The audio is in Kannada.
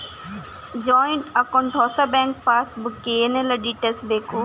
ಜಾಯಿಂಟ್ ಅಕೌಂಟ್ ಹೊಸ ಬ್ಯಾಂಕ್ ಪಾಸ್ ಬುಕ್ ಗೆ ಏನೆಲ್ಲ ಡೀಟೇಲ್ಸ್ ಬೇಕು?